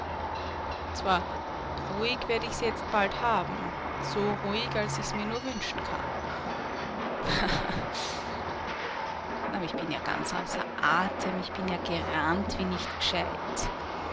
zwar ruhig werd ich's jetzt bald haben so ruhig als ich's mir nur wünschen kann haha aber ich bin ja ganz außer atem ich bin ja gerannt wie nicht g'scheit